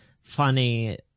funny